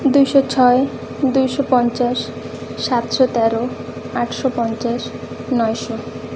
ଦୁଇଶହ ଛଅ ଦୁଇଶହ ପଚାଶ ସାତଶହ ତେର ଆଠଶହ ପଚାଶ ନଅଶହ